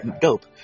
dope